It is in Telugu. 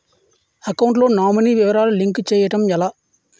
అకౌంట్ లో నామినీ వివరాలు లింక్ చేయటం ఎలా?